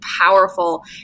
powerful